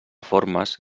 formes